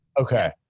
Okay